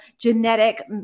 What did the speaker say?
genetic